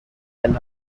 and